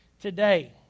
Today